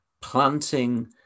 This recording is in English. planting